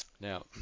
Now